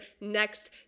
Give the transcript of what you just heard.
next